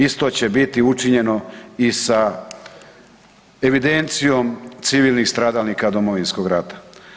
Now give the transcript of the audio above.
Isto će biti učinjeno i sa evidencijom civilnih stradalnika Domovinskog rata.